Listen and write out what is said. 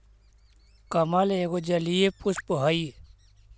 कमल एगो जलीय पुष्प हइ